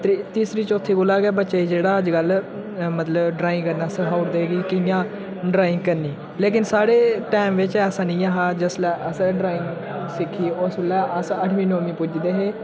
त्री तीसरी चौथी कोला गै बच्चे गी जेह्ड़ा अज्जकल मतलब ड्राइंग करना सखाई ओड़दे कि कि'यां ड्राइंग करनी लेकिन स्हाडे़ टैम बिच्च ऐसा नेईं ऐ हा जिसलै असें ड्राइंग सिक्खी उस बेल्लै अस अठमीं नौमीं पुज्जी दे हे